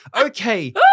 Okay